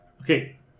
Okay